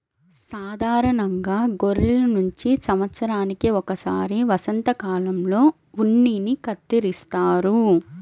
సాధారణంగా గొర్రెల నుంచి సంవత్సరానికి ఒకసారి వసంతకాలంలో ఉన్నిని కత్తిరిస్తారు